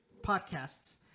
podcasts